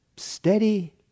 steady